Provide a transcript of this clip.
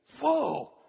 Whoa